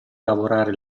lavorare